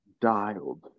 dialed